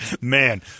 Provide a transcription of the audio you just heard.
Man